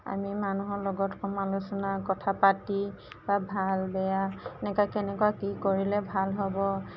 আমি মানুহৰ লগত সমালোচনা কথা পাতি বা ভাল বেয়া কেনেকুৱা কি কৰিলে ভাল হ'ব